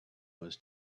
was